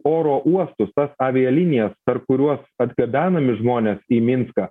oro uostus tas avialinijas per kuriuos atgabenami žmonės į minską